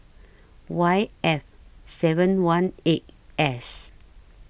Y F seven one eight S